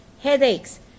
headaches